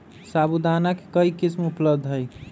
साबूदाना के कई किस्म उपलब्ध हई